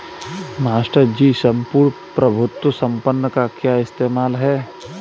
Master ji सम्पूर्ण प्रभुत्व संपन्न का क्या इस्तेमाल है?